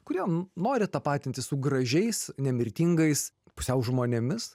kuriam nori tapatintis su gražiais nemirtingais pusiau žmonėmis